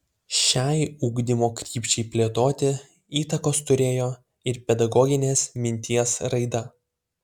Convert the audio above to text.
šiai ugdymo krypčiai plėtoti įtakos turėjo ir pedagoginės minties raida